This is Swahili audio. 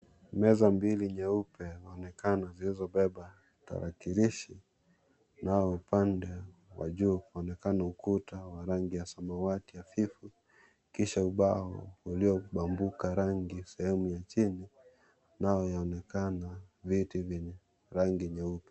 Meza mbili nyeupe unaonekana zilizobeba tarakilishi .Nao upande wa juu unaonekana ukuta wa rangi ya samawati afifu. Kisha ubao uliobambuka rangi sehemu ya chini Inaonekana vitu vyenye rangi nyeupe.